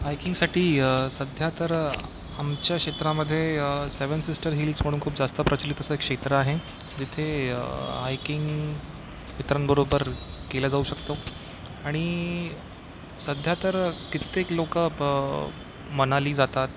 हायकिंगसाठी सध्या तर आमच्या क्षेत्रामध्ये सेव्हन सिस्टर हिल्स म्हणून खूप जास्त प्रचलित असं एक क्षेत्र आहे तिथे हायकिंग मित्रांबरोबर केले जाऊ शकतो आणि सध्या तर कित्येक लोक मनाली जातात